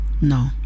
No